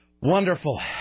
Wonderful